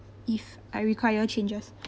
if I require changes